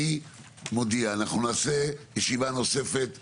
אני מודיע, אנחנו נעשה ישיבה נוספת בפגרה,